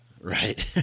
right